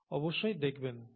অবশ্যই দেখবেন